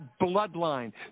bloodline